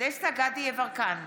דסטה גדי יברקן,